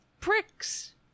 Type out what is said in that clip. pricks